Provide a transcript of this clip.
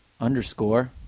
underscore